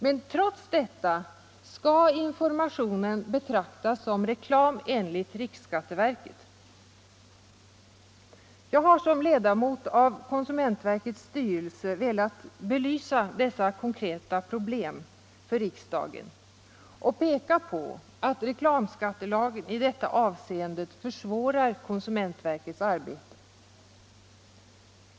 Men trots detta skall informationen betraktas som reklam enligt riksskatteverket. Jag har som ledamot av konsumentverkets styrelse velat belysa dessa konkreta problem inför riksdagen och peka på att reklamskatten i dessa avseenden försvårar konsumentverkets arbete.